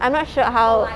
I'm not sure how